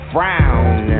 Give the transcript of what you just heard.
Frown